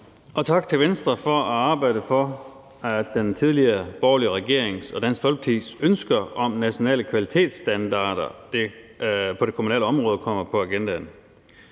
og tak til Venstre for at arbejde for, at den tidligere borgerlige regering og Dansk Folkepartis ønske om nationale kvalitetsstandarder på det kommunale område kommer på agendaen.